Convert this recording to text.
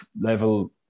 level